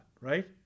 right